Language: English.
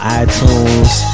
iTunes